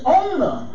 owner